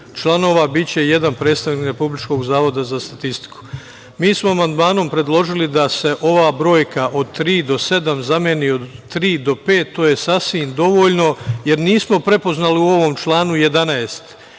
članova biće jedan predstavnik Republičkog zavoda za statistiku. Mi smo amandmanom predložili da se ova brojka od tri do sedam zameni od tri do pet. To je sasvim dovoljno, jer nismo prepoznali u ovom članu 11.